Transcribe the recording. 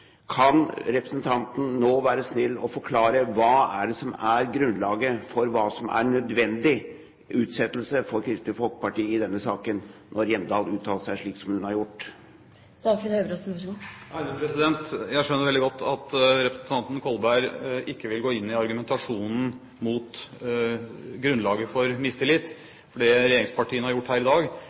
Kan representanten nå være snill og forklare: Hva er det som er grunnlaget for hva som er nødvendig utsettelse for Kristelig Folkeparti i denne saken, når Hjemdal uttaler seg slik som hun har gjort? Jeg skjønner veldig godt at representanten Kolberg ikke vil gå inn i argumentasjonen mot grunnlaget for mistillit, for det regjeringspartiene har gjort her i dag,